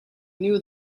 knew